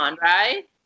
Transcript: right